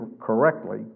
correctly